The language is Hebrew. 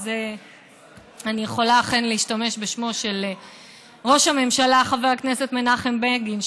אז אני יכולה אכן להשתמש בשמו של ראש הממשלה חבר הכנסת מנחם בגין,